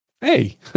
Hey